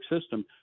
system